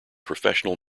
professional